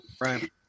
right